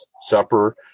supper